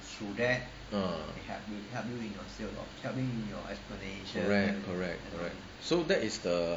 ah correct correct correct so that is the